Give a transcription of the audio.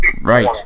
Right